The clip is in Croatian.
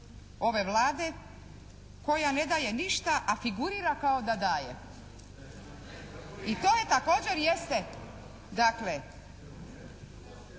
ove Vlade koja ne daje ništa, a figurira kao da daje. I to je također, jeste